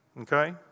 okay